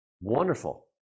wonderful